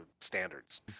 standards